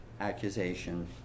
accusation